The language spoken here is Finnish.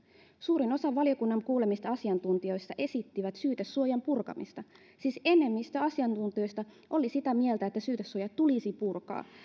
suurin osa valiokunnan kuulemista asiantuntijoista esitti syytesuojan purkamista siis enemmistö asiantuntijoista oli sitä mieltä että syytesuoja tulisi purkaa